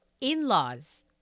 in-laws